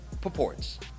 purports